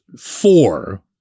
four